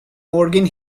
morgan